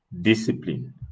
Discipline